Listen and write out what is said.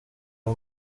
ayo